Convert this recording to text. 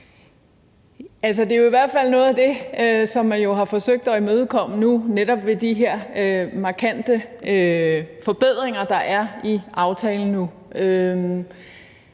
fald noget af det, som man jo har forsøgt at imødekomme nu med netop de her markante forbedringer, der er i aftalen.